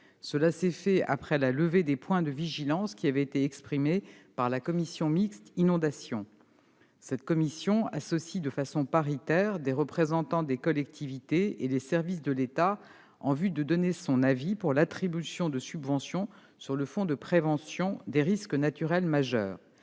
Cela s'est fait après la levée des points de vigilance qui avaient été exprimés par la commission mixte inondation, une commission associant paritairement des représentants des collectivités et les services de l'État en vue d'émettre un avis sur l'attribution de subventions au titre du Fonds de prévention des risques naturels majeurs.